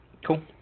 Cool